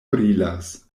brilas